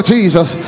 Jesus